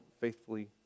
faithfully